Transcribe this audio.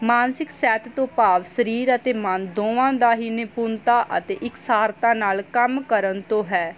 ਮਾਨਸਿਕ ਸਿਹਤ ਤੋਂ ਭਾਵ ਸਰੀਰ ਅਤੇ ਮਨ ਦੋਵਾਂ ਦਾ ਹੀ ਨਿਪੁੰਨਤਾ ਅਤੇ ਇੱਕਸਾਰਤਾ ਨਾਲ ਕੰਮ ਕਰਨ ਤੋਂ ਹੈ